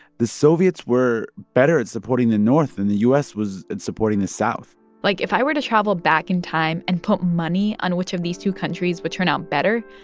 the soviets were better at supporting the north than the u s. was at supporting the south like, if i were to travel back in time and put money on which of these two countries would turn out better,